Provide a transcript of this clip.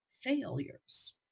failures